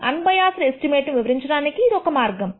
unbiased estimate ను వివరించడానికి ఇది ఒక మార్గము